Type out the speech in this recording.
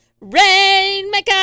Rainmaker